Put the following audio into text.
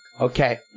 Okay